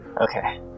Okay